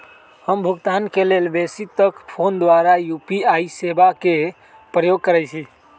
हम भुगतान के लेल बेशी तर् फोन द्वारा यू.पी.आई सेवा के प्रयोग करैछि